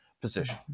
Position